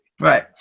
Right